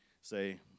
say